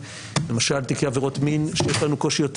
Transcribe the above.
למשל תיקי עבירות מין שיש לנו קושי יותר